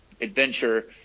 adventure